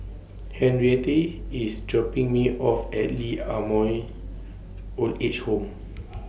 Henriette IS dropping Me off At Lee Ah Mooi Old Age Home